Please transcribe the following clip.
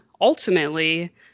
ultimately